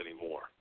anymore